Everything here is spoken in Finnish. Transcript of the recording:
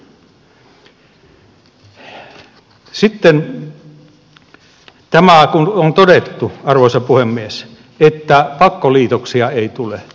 sitten tämä kun on todettu arvoisa puhemies että pakkoliitoksia ei tule